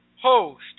host